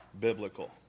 biblical